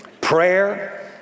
prayer